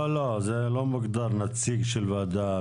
לא, לא, זה לא מוגדר נציג של ועדה.